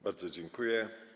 Bardzo dziękuję.